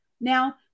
Now